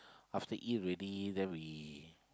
after eat ready then we